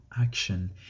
action